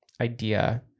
idea